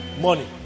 money